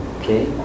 okay